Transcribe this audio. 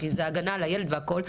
כי זה הגנה על הילד והכל.